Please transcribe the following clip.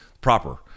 proper